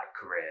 career